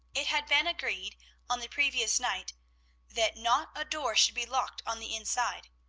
it had been agreed on the previous night that not a door should be locked on the inside,